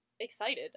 excited